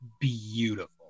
beautiful